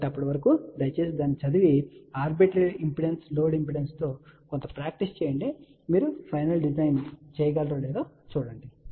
కాబట్టి అప్పటి వరకు దయచేసి దాన్ని చదివి ఆర్బిటరి లోడ్ ఇంపెడెన్స్తో కొంత ప్రాక్టీస్ చేయండి మరియు మీరు ఫైనల్ డిజైన్ చేయగలరో లేదో చూడండి